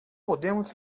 podemos